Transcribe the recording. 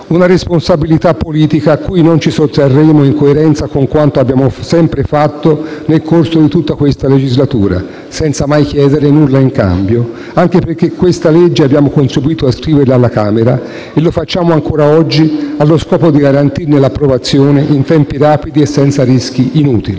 Una responsabilità politica a cui non ci sottrarremo, in coerenza con quanto abbiamo sempre fatto nel corso di tutta questa legislatura - senza mai chiedere nulla in cambio - anche perché questa legge abbiamo contribuito a scriverla alla Camera e lo facciamo ancora oggi allo scopo di garantirne l'approvazione in tempi rapidi e senza rischi inutili.